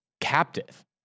captive